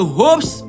hopes